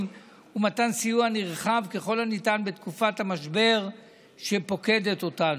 ומתן סיוע נרחב ככל הניתן בתקופת המשבר שפוקד אותנו.